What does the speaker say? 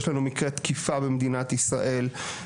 יש לנו מקרי תקיפה במדינת ישראל.